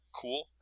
cool